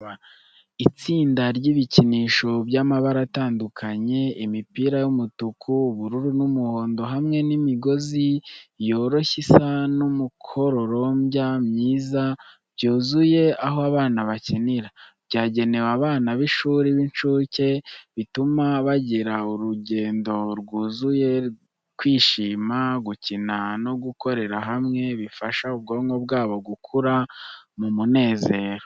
Itsinda ry’ibikinisho by’amabara atandukanye, imipira y’umutuku, ubururu n’umuhondo, hamwe n’imigozi yoroshye isa n’umukororombya myiza, byuzuye aho abana bakinira. Byagenewe abana b’ishuri ry’incuke, bituma bagira urugendo rwuzuye kwishima, gukina no gukorera hamwe, bifasha ubwonko bwabo gukura mu munezero.